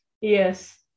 yes